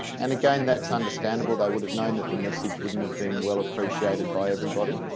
and again, that's understandable. they would have known that the message wouldn't have been well-appreciated by everybody.